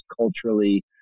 culturally